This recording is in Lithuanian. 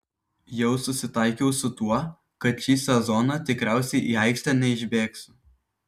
jau susitaikiau su tuo kad šį sezoną tikriausiai į aikštę neišbėgsiu